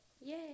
Yay